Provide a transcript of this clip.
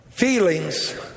Feelings